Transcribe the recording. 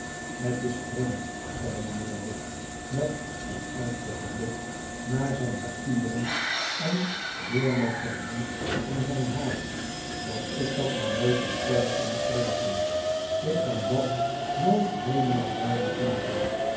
het is vreemd zei mijnheer dick met een angstigen blik naar zijn papieren en weer met zijn hand in zijn haar dat ik dat maar nooit in orde kan krijgen ik kan dat nooit heelemaal duidelijk maken